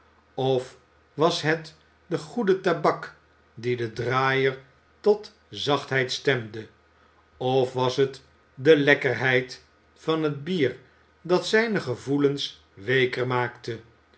of was het de goede tabak die den draaier tot zachtheid stemde of was het de lekkerheid van het bier dat zijne gevoelens weeker maakte